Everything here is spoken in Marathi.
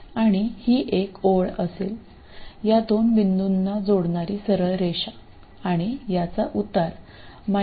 आणि ही एक ओळ असेल या दोन बिंदूंना जोडणारी सरळ रेषा आणि याचा उतार 1R असेल